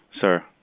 Sir